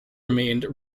remained